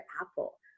apple